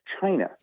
China